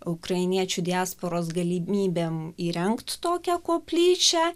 ukrainiečių diasporos galimybėm įrengt tokią koplyčią